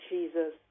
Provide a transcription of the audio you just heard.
Jesus